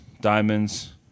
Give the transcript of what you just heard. diamonds